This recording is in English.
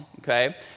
okay